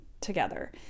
together